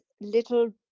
little